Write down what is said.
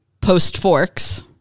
post-Forks